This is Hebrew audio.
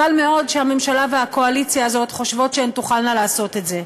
חבל מאוד שהממשלה והקואליציה הזאת חושבות שהן תוכלנה לעשות את זה.